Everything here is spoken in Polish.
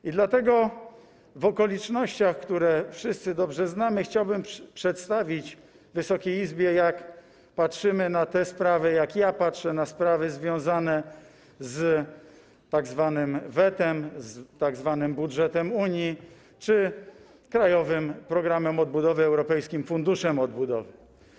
I dlatego w okolicznościach, które wszyscy dobrze znamy, chciałbym przedstawić Wysokiej Izbie, jak patrzymy na te sprawy, jak ja patrzę na sprawy związane z tzw. wetem, z tzw. budżetem Unii czy krajowym programem odbudowy, europejskim funduszem odbudowy.